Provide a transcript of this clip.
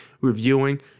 reviewing